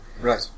Right